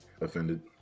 offended